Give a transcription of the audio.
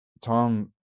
Tom